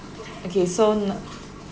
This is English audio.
okay so now